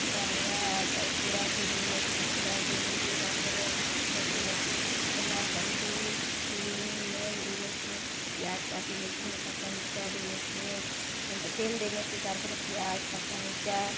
ଚୁଡ଼ା ଭଜା ଚାଉଲ୍ ଚୁଡ଼ାକେ ଧୁଇ ନେସି ଚୁଡ଼ା ଧୁଇ ନେଇ କରି ତାହାର୍ ପରେ ରଖିନେସି ସେନ ହଳଦୀ ଚିନି ନୁଣ୍ ଦେଇନେସି ପିଆଜ୍ କାଟିନେସି କଞ୍ଚା ମିରଚା ଦେଇନେସି ଏନ୍ତା ତେଲ୍ ଦେଇନେସି ତା'ର୍ ପରେ ପିଆଜ୍ କଞ୍ଚା ମିରଚା